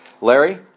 Larry